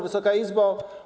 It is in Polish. Wysoka Izbo!